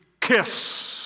Kiss